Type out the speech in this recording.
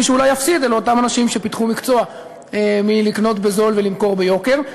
מי שאולי יפסידו אלה אותם אנשים שפיתחו מקצוע מלקנות בזול ולמכור ביוקר.